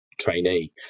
trainee